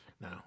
No